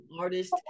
artist